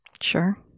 Sure